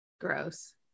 gross